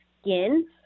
skin